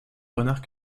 renard